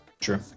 True